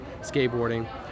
skateboarding